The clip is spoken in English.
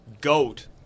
goat